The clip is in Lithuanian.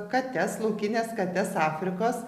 kates laukines kates afrikos